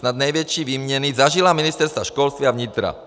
Snad největší výměny zažila ministerstva školství a vnitra.